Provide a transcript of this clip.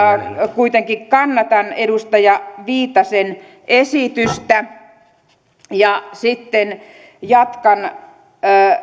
kuitenkin kannatan edustaja viitasen esitystä sitten jatkan